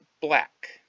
black